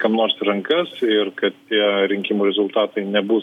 kam nors į rankas ir kad tie rinkimų rezultatai nebus